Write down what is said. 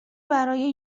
برای